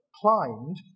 climbed